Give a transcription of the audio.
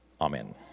Amen